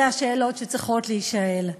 אלה השאלות שצריכות להישאל.